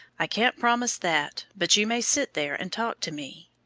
i can't promise that, but you may sit there and talk to me.